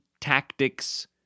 tactics